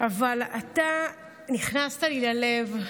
אבל אתה נכנסת לי ללב,